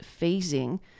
phasing